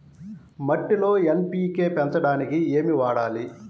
మట్టిలో ఎన్.పీ.కే పెంచడానికి ఏమి వాడాలి?